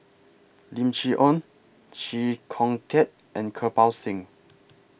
Lim Chee Onn Chee Kong Tet and Kirpal Singh